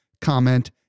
comment